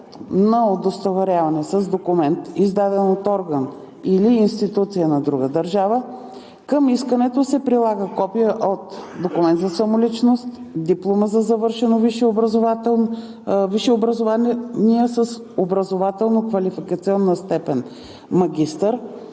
на удостоверяване с документ, издаден от орган или институция на друга държава, към искането се прилага копие от: документ за самоличност, диплома за завършено висше образование с образователно-квалификационна степен „магистър“,